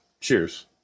cheers